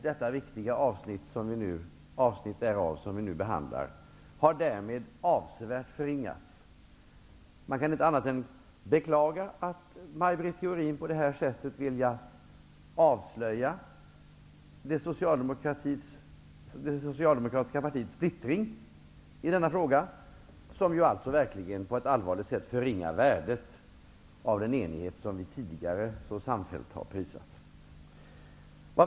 Det viktiga avsnitt som vi nu behandlar har avsevärt förringats. Jag kan inte annat än beklaga att Maj Britt Theorin på detta sätt avslöjar det socialdemokratiska partiets splittring i denna fråga, som på ett allvarligt sätt förringar värdet av den enighet som vi tidigare så samfällt har prisat.